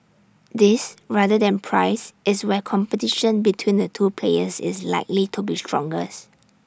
this rather than price is where competition between the two players is likely to be strongest